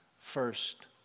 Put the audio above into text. first